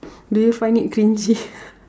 do you find it cringey